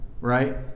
right